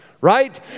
right